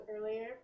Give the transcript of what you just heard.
earlier